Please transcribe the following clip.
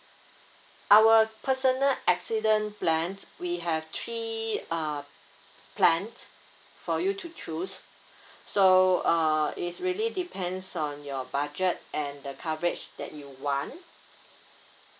our personal accident plans we have three uh plans for you to choose so uh is really depends on your budget and the coverage that you want